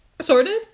Sorted